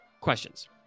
questions